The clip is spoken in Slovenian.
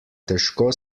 težko